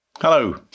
Hello